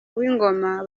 w’ingoma